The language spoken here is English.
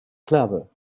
clover